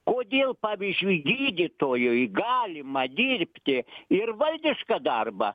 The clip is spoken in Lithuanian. kodėl pavyzdžiui gydytojui galima dirbti ir valdišką darbą